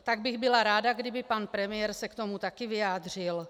Tak bych byla ráda, kdyby pan premiér se k tomu také vyjádřil.